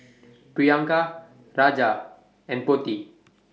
Priyanka Raja and Potti